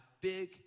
big